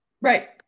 Right